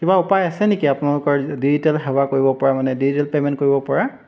কিবা উপায় আছে নেকি আপোনালোকৰ ডিজিটেল সেৱা কৰিব পৰা মানে ডিজিটেল পে'মেণ্ট কৰিব পৰা